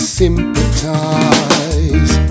sympathize